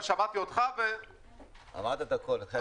אבל שמעתי אותך ו --- אמרת את הכול.